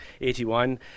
81